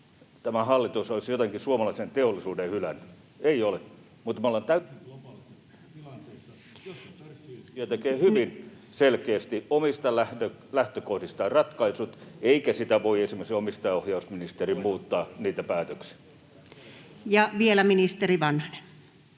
tämä hallitus olisi jotenkin suomalaisen teollisuuden hylännyt. Ei ole. Mutta me ollaan täysin globaalissa tilanteessa, jossa sen täytyy tehdä ja se tekee hyvin selkeästi omista lähtökohdistaan ratkaisut, eikä esimerkiksi omistajaohjausministeri voi muuttaa niitä päätöksiä. Ja vielä ministeri Vanhanen.